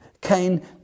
Cain